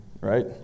right